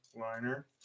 liner